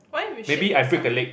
what if you shit yourself